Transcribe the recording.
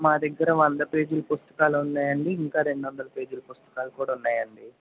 మా దగ్గర వంద పేజీల పుస్తకాలు ఉన్నాయండీ ఇంకా రెండు వందల పేజీల పుస్తకాలు కూడా ఉన్నాయండీ